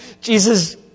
Jesus